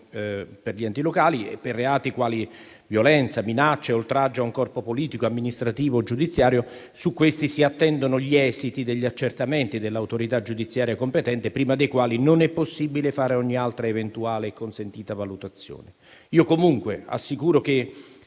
degli enti locali; per reati quali violenza, minaccia e oltraggio a un corpo politico, amministrativo, giudiziario si attendono gli esiti degli accertamenti dell'autorità giudiziaria competente, prima dei quali non è possibile fare ogni altra eventuale e consentita valutazione. Assicuro comunque che, come